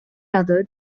other